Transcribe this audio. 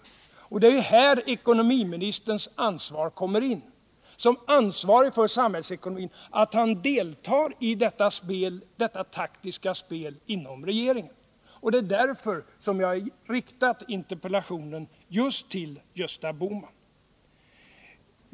Som ansvarig för samhällsekonomin har herr Bohman här ett ansvar, när han deltar i detta taktiska spel inom regeringen, och det är därför jag har riktat interpellationen till just honom.